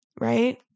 right